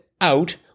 out